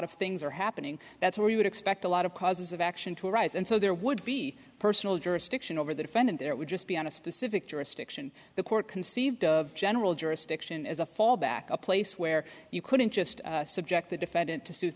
of things are happening that's where you would expect a lot of causes of action to arise and so there would be personal jurisdiction over the defendant there would just be on a specific jurisdiction the court conceived of general jurisdiction as a fallback a place where you couldn't just subject the defendant to suit